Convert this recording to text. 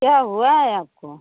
क्या हुआ है आपको